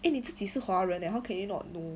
eh 你自己是华人 leh how can you not know